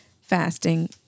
fasting